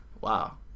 Wow